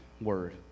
word